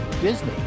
Disney